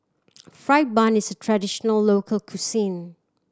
fried bun is a traditional local cuisine